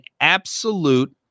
absolute